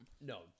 No